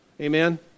Amen